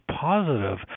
positive